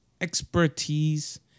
expertise